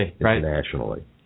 internationally